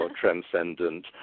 transcendent